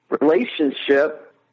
relationship